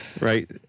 right